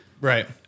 Right